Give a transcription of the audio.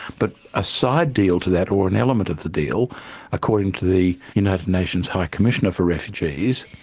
but a side deal to that or an element of the deal according to the united nations high commissioner for refugees,